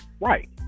Right